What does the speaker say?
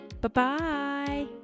Bye-bye